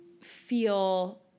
feel